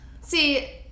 see